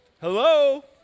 Hello